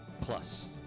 Plus